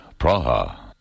Praha